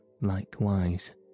likewise